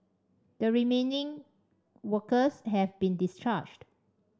the remaining workers have been discharged